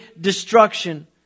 destruction